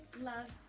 love,